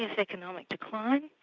and economic decline,